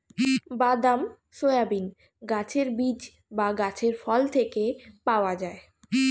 বাদাম, সয়াবিন গাছের বীজ বা গাছের ফল থেকে পাওয়া যায়